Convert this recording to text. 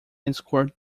escort